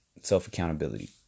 self-accountability